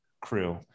crew